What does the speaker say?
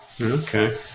Okay